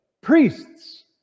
Priests